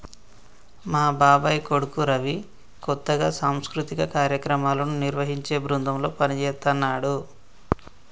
మా బాబాయ్ కొడుకు రవి కొత్తగా సాంస్కృతిక కార్యక్రమాలను నిర్వహించే బృందంలో పనిజేత్తన్నాడు